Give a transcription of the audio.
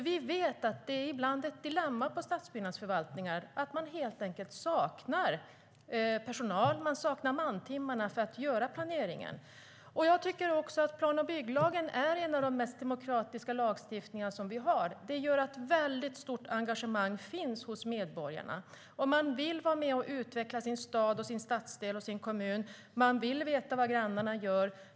Vi vet att det ibland är ett dilemma på stadsbyggnadsförvaltningar att man saknar personal och mantimmar för att göra planeringen. Jag tycker att plan och bygglagen är en av de mest demokratiska lagstiftningar vi har, och det gör att det finns ett stort engagemang hos medborgarna. Man vill vara med och utveckla sin stad, sin stadsdel och sin kommun, och man vill veta vad grannarna gör.